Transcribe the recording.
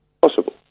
Possible